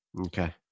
Okay